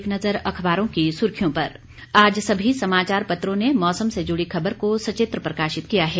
एक नज़र अखबारों की सुर्खियों पर आज सभी समाचार पत्रों ने मौसम से जुड़ी खबर को सचित्र प्रकाशित किया है